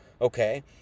okay